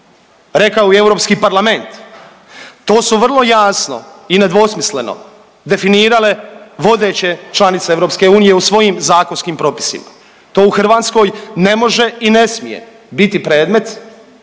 Rekao bi Europski parlament, to su vrlo jasno i nedvosmisleno definirale vodeće članice EU u svojim zakonskim propisima. To u Hrvatskoj ne može i ne smije biti predmet